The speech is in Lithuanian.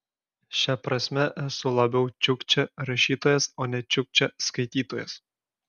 šia prasme esu labiau čiukčia rašytojas o ne čiukčia skaitytojas